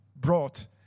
brought